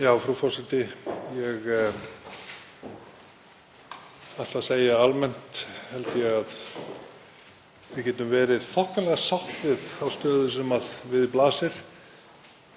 Frú forseti. Ég ætla að segja að almennt held ég að við getum verið þokkalega sátt við þá stöðu sem við blasir.